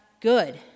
good